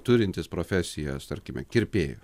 turintis profesijas tarkime kirpėjo